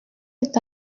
est